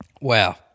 Wow